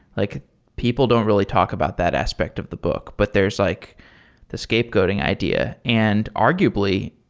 like people don't really talk about that aspect of the book. but there's like the scapegoating idea. and arguably,